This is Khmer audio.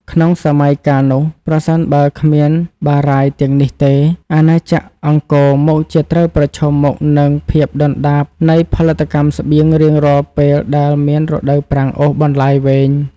ក្នុងសម័យកាលនោះ ប្រសិនបើគ្មានបារាយណ៍ទាំងនេះទេ អាណាចក្រអង្គរមុខជាត្រូវប្រឈមមុខនឹងភាពដុនដាបនៃផលិតកម្មស្បៀងរៀងរាល់ពេលដែលមានរដូវប្រាំងអូសបន្លាយវែង។